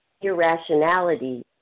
irrationality